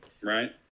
right